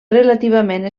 relativament